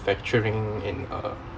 manufacturing and uh